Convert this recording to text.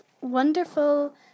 wonderful